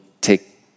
take